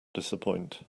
disappoint